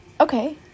okay